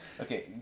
Okay